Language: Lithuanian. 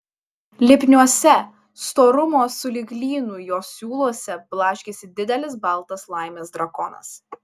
lipniuose storumo sulig lynu jo siūluose blaškėsi didelis baltas laimės drakonas